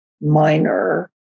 minor